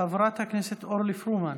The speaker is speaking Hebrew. חברת הכנסת אורלי פרומן,